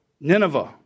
Nineveh